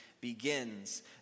begins